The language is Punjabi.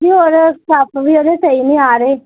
ਜੀ ਹੋਰ ਕੱਫ ਵੀ ਉਹਦੇ ਸਹੀ ਨਹੀਂ ਆ ਰਹੇ